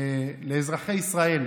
לאזרחי ישראל: